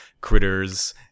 Critters